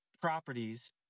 properties